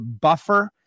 buffer